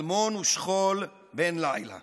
אלמון ושכול בן לילה /